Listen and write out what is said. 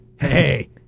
hey